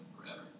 forever